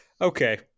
Okay